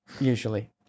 usually